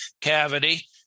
cavity